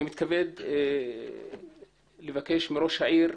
אני מתכבד לבקש מראש העיר,